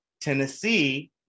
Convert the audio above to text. Tennessee